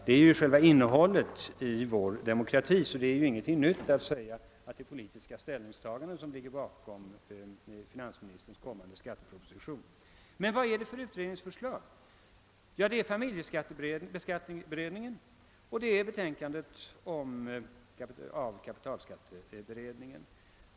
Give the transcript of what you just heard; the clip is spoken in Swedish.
Det är ju själva innehållet i vår demokrati, så det är ju ingenting nytt att säga att det är ett politiskt ställningstagande som ligger bakom finansministerns kommande skatteproposition. Men vad är det för utredningsförslag? Jo, det är familjeskatteberedningens förslag och det är betänkandet från kapitalskatteberedningen.